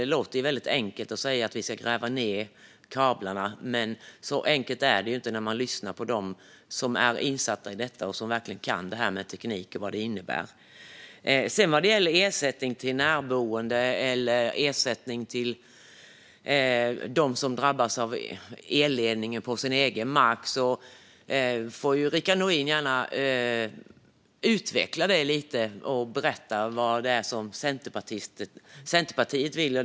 Det låter ju väldigt enkelt att säga att vi ska gräva ned kablarna, men så enkelt är det inte när man lyssnar på dem som är insatta i detta och som verkligen kan det här med teknik och vad det innebär. Vad gäller ersättning till närboende eller till dem som drabbas av elledningen på sin egen mark får Rickard Nordin gärna utveckla det lite och berätta vad det är Centerpartiet vill.